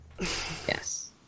Yes